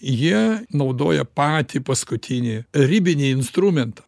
jie naudoja patį paskutinį ribinį instrumentą